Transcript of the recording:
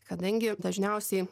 kadangi dažniausiai